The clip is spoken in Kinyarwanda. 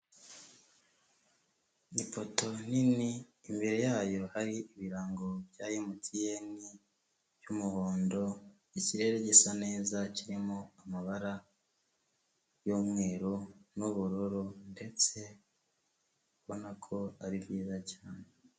Ni poto nini, imbere yayo hari ibirango bya Emutiyeni by'umuhondo, ikirere gisa neza, kirimo amabara y'umweru, n'ubururu, ndetse ubona ko ari byiza cyane.